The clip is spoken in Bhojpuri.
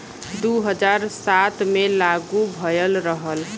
दू हज़ार सात मे लागू भएल रहल